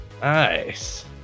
Nice